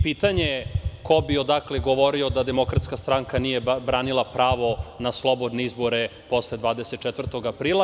Pitanje je ko bi odakle govorio da DS nije branila pravo na slobodne izbore posle 24. aprila.